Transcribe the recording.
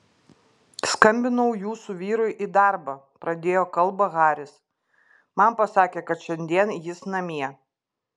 skambinau jūsų vyrui į darbą pradėjo kalbą haris man pasakė kad šiandien jis namie